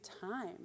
time